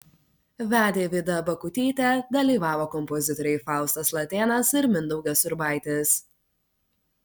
vedė vida bakutytė dalyvavo kompozitoriai faustas latėnas ir mindaugas urbaitis